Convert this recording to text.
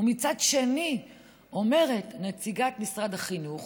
ומצד שני אומרת נציגת משרד החינוך